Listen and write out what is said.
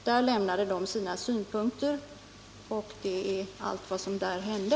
De uppvaktande redovisade sina synpunkter, och detta var allt vad som där hände.